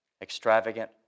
Extravagant